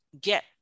get